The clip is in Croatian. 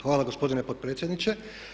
Hvala gospodine potpredsjedniče.